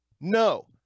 No